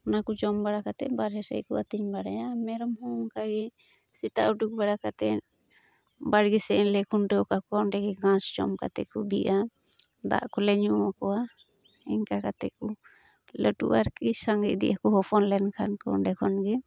ᱚᱱᱟᱠᱚ ᱡᱚᱢ ᱵᱟᱲᱟ ᱠᱟᱛᱮᱫ ᱵᱟᱨᱦᱮ ᱥᱮᱫᱠᱚ ᱟᱹᱛᱤᱧ ᱵᱟᱲᱟᱭᱟ ᱢᱮᱨᱚᱢᱦᱚᱸ ᱚᱱᱠᱟ ᱜᱮ ᱥᱮᱛᱟᱜ ᱚᱰᱳᱠ ᱵᱟᱲᱟ ᱠᱟᱛᱮᱫ ᱵᱟᱲᱜᱮ ᱥᱮᱫ ᱨᱮᱞᱮ ᱠᱷᱩᱱᱴᱟᱹᱣ ᱠᱟᱠᱚᱣᱟ ᱚᱸᱰᱮᱜᱮ ᱜᱷᱟᱥ ᱡᱚᱢ ᱠᱟᱛᱮᱠᱚ ᱵᱤᱜᱼᱟ ᱫᱟᱜ ᱠᱚᱞᱮ ᱧᱩᱣᱟᱠᱚᱣᱟ ᱤᱱᱠᱟᱹ ᱠᱟᱛᱮᱫ ᱠᱚ ᱞᱟᱹᱴᱩᱜᱼᱟ ᱟᱨᱠᱤ ᱥᱟᱸᱜᱮ ᱤᱫᱤᱜ ᱟᱠᱚ ᱦᱚᱯᱚᱱᱞᱮᱱ ᱠᱷᱟᱱᱠᱚ ᱚᱸᱰᱮ ᱠᱷᱚᱱᱜᱮ